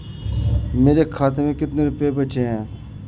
मेरे खाते में कितने रुपये बचे हैं?